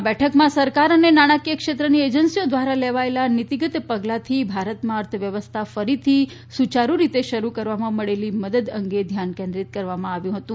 આ બેઠકમાં સરકાર અને નાણાકીય ક્ષેત્રની એજન્સી દ્વારા લેવાયેલા નિતિગત પગલાથી ભારતમાં અર્થવ્યવસ્થા ફરીથી સુચારુ રીતે શરૂ કરવામાં મળેલી મદદ અંગે ધ્યાન કેન્દ્રિત કરવામાં આવ્યું હતું